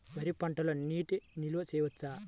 వరి పంటలో నీటి నిల్వ చేయవచ్చా?